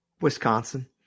wisconsin